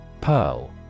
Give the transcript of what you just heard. Pearl